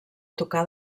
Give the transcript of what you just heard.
tocar